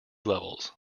levels